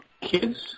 kids